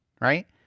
right